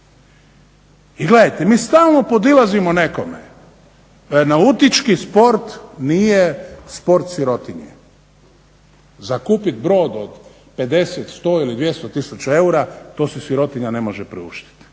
I gledajte mi stalno podilazimo nekome. Nautički sport nije sport sirotinje, za kupiti brod od 50, 100 ili 200 tisuća eura to si sirotinja ne može priuštiti,